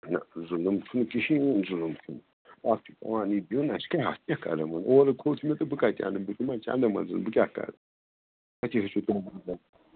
نہَ ظُلُم چھُنہٕ کِہیٖنۍ ظُلُم چھُنہٕ اَتھ چھُ پانے دِیُن اَسہِ کیٛاہ اَتھ کیٛاہ کَرو وۅنۍ اورٕ کھوٚت مےٚ تہٕ بہٕ کَتہِ اَنہٕ بہٕ دِما چنٛدٕ منٛزٕ بہٕ کیٛاہ کَرٕ